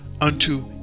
unto